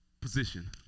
position